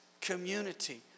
community